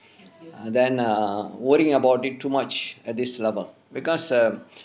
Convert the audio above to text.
and then err worrying about it too much at this level because um